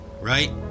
right